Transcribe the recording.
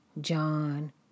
John